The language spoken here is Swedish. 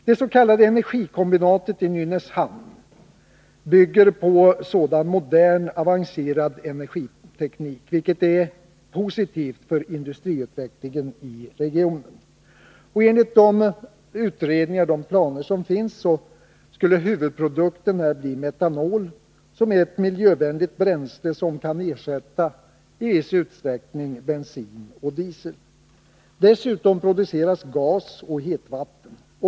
Det s.k. energikombinatet i Nynäshamn bygger på sådan modern, avancerad energiteknik, vilket är positivt för industriutvecklingen i regionen. Enligt planerna skulle huvudprodukten bli metanol, som är ett miljövänligt bränsle som i viss utsträckning kan ersätta bensin och diesel. Dessutom produceras gas och hetvatten.